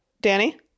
Danny